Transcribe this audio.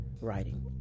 writing